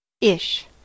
Ish